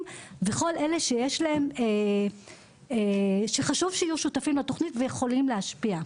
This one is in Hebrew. וכל אלו שחשוב שיהיו שותפים לתוכנית ויכולים להשפיע,